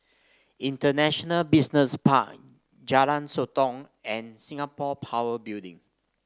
International Business Park Jalan Sotong and Singapore Power Building